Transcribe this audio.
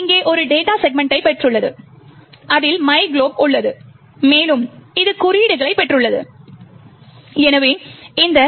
இது இங்கே ஒரு டேட்டா செக்மெண்ட்டை பெற்றுள்ளது அதில் myglob உள்ளது மேலும் இது குறியீடுகளைப் பெற்றுள்ளது எனவே இந்த